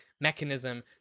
mechanism